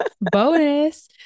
bonus